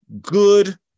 good